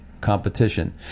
competition